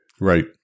right